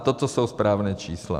Toto jsou správná čísla.